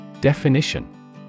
Definition